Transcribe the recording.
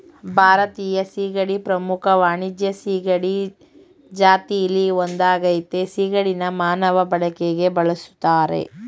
ಭಾರತೀಯ ಸೀಗಡಿ ಪ್ರಮುಖ ವಾಣಿಜ್ಯ ಸೀಗಡಿ ಜಾತಿಲಿ ಒಂದಾಗಯ್ತೆ ಸಿಗಡಿನ ಮಾನವ ಬಳಕೆಗೆ ಬಳುಸ್ತರೆ